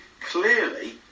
clearly